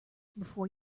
before